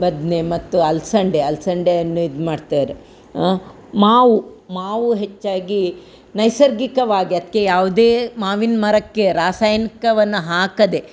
ಬದನೆ ಮತ್ತು ಅಲ್ಸಂದೆ ಅಲ್ಸಂದೆಯನ್ನು ಇದು ಮಾಡ್ತಾರೆ ಹಾಂ ಮಾವು ಮಾವು ಹೆಚ್ಚಾಗಿ ನೈಸರ್ಗಿಕವಾಗಿ ಅದಕ್ಕೆ ಯಾವುದೇ ಮಾವಿನ ಮರಕ್ಕೆ ರಾಸಾಯನಿಕವನ್ನ ಹಾಕದೇ